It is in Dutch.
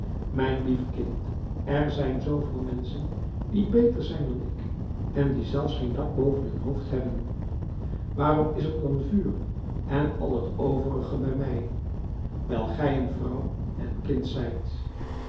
mijn lief kind er zijn zooveel menschen die beter zijn dan ik en die zelfs geen dak boven hun hoofd hebben waarom is er dan vuur en al het overige bij mij wijl ge een vrouw en een kind zijt